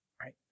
right